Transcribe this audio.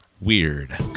weird